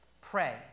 Pray